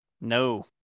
No